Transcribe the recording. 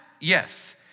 Yes